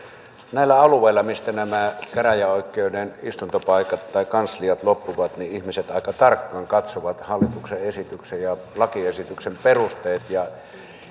näillä alueilla mistä nämä käräjäoikeuden istuntopaikat tai kansliat loppuvat ihmiset aika tarkkaan katsovat hallituksen esityksen ja lakiesityksen perusteet